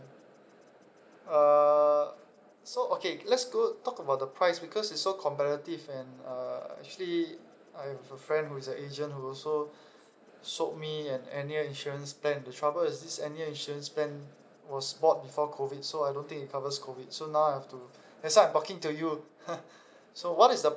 uh so okay let's go talk about the price because it's so competitive and uh actually I have a friend who is an agent who also sold me an annual insurance plan the trouble is this annual insurance plan was bought before COVID so I don't think it covers COVID so now I have to that's why I'm talking to you so what is the